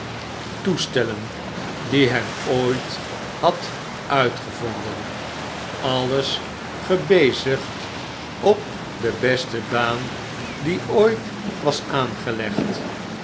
toestellen die hem ooit had uitgevonden alles gebezigd op de beste baan die ooit was aangelegd